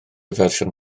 fersiwn